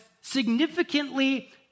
significantly